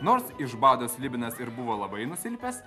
nors iš bado slibinas ir buvo labai nusilpęs